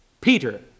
Peter